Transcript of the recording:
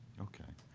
ok.